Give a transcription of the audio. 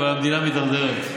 אבל המדינה מידרדרת.